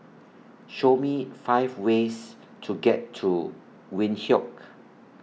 Show Me five ways to get to Windhoek